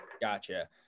Gotcha